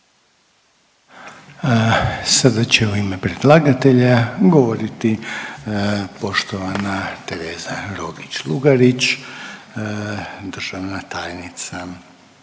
Sada će u ime predlagatelja govoriti poštovana Tereza Rogić Lugarić, državna tajnica.